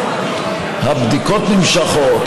הבדיקות נמשכות,